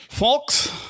Folks